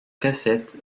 cassette